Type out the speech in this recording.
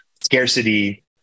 scarcity